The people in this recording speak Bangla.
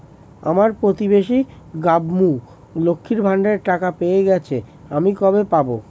আমার প্রতিবেশী গাঙ্মু, লক্ষ্মীর ভান্ডারের টাকা পেয়ে গেছে, আমি কবে পাব?